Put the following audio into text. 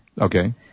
Okay